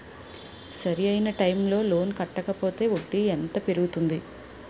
సరి అయినా టైం కి లోన్ కట్టకపోతే వడ్డీ ఎంత పెరుగుతుంది?